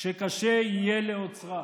שקשה יהיה לעוצרה.